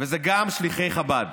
ואלה גם שליחי חב"ד.